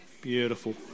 Beautiful